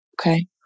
okay